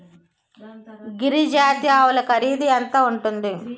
గిరి జాతి ఆవులు ఖరీదు ఎంత ఉంటుంది?